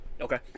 Okay